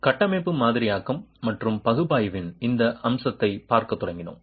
கட்டமைப்பு மாதிரியாக்கம் மற்றும் பகுப்பாய்வின் இந்த அம்சத்தைப் பார்க்கத் தொடங்கினோம்